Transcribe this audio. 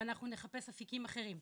ואנחנו נחפש אפיקים אחרים.